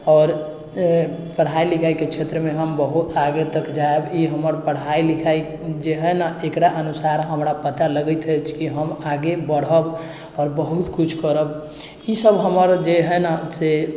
आओर पढ़ाइ लिखाइके क्षेत्रमे हम बहुत आगे तक जाएब ई हमर पढ़ाइ लिखाइ जे हइ ने एकरा अनुसार हमरा पता लगैत अछि कि हम आगे बढ़ब आओर बहुत किछु करब ईसब हमर जे हइ ने से